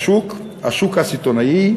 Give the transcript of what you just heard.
בשוק: השוק הסיטונאי,